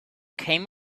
came